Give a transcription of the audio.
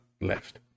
left